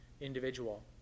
individual